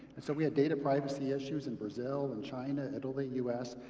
and so we had data privacy issues in brazil, in china, italy, us.